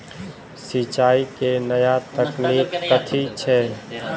सिंचाई केँ नया तकनीक कथी छै?